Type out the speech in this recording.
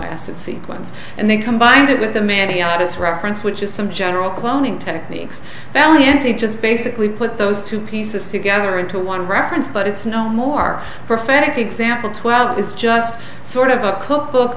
acid sequence and they combined it with the mini i just reference which is some general cloning techniques now and it just basically put those two pieces together into one reference but it's no more perfect example twelve is just sort of a cookbook